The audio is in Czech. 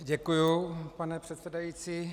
Děkuji, pane předsedající.